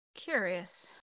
Curious